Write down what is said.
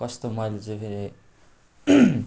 कस्तो मैले चाहिँ फेरि